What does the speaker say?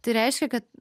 tai reiškia kad